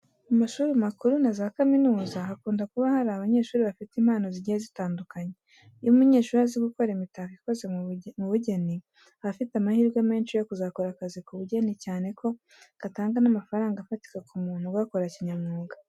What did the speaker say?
Mu mashuri makuru na za kaminuza hakunda kuba hari abanyeshuri bafite impano zigiye zitandukanye. Iyo umunyeshuri azi gukora imitako ikoze mu bugeni, aba afite amahirwe menshi yo kuzakora akazi ku bugeni cyane ko gatanga n'amafaranga afatika ku muntu ugakora kinyamwuga.